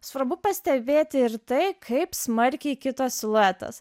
svarbu pastebėti ir tai kaip smarkiai kito siluetas